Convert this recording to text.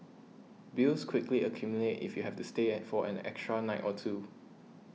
bills quickly accumulate if you have to stay at for an extra night or two